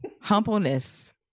Humbleness